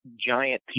giant